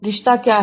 रिश्ता क्या है